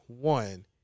One